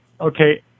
Okay